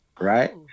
right